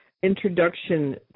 Introduction